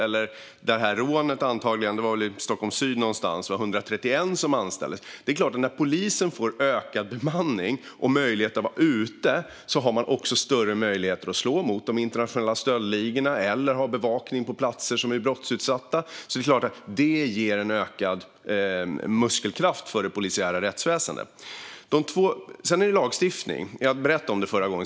Rånet som nämndes skedde antagligen någonstans i Stockholm syd, där det var 31 som anställdes. När polisen får ökad bemanning och möjlighet att vara ute har man större möjligheter att slå mot de internationella stöldligorna och att ha bevakning på platser som är brottsutsatta. Det är klart att det ger en ökad muskelkraft för det polisiära rättsväsendet. Sedan är det lagstiftningen, som jag berättade om förra gången.